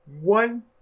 one